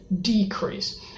decrease